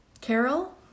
Carol